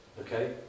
Okay